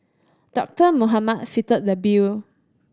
Doctor Mohamed fitted the bill